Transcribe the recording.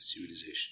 civilization